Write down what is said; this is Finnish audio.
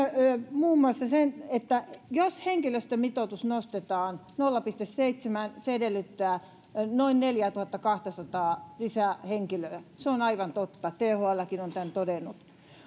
muun muassa että jos henkilöstömitoitus nostetaan nolla pilkku seitsemään se edellyttää noin neljäätuhattakahtasataa lisähenkilöä se on aivan totta thlkin on tämän todennut